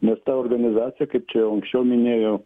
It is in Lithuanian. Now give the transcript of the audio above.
nes ta organizacija kaip čia jau anksčiau minėjo